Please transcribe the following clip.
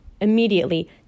immediately